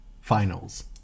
finals